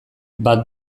bat